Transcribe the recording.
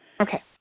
Okay